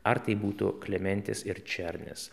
ar tai būtų klementis ir černis